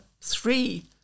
three